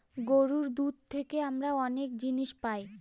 গরুর দুধ থেকে আমরা অনেক জিনিস পায়